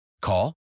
Call